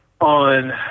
on